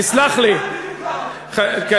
תתביישו לכם, אנטי-דמוקרטים.